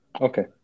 Okay